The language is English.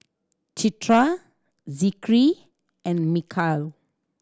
Citra Zikri and Mikhail